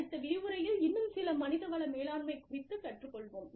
அடுத்த விரிவுரையில் இன்னும் சில மனித வள மேலாண்மை குறித்து கற்றுக்கொள்வோம்